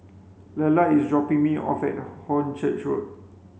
Lelar is dropping me off at Hornchurch Road